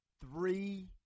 Three